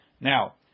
Now